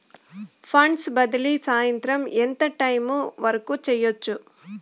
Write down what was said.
funds బదిలీ సాయంత్రం ఎంత టైము వరకు చేయొచ్చు